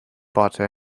butter